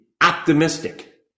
optimistic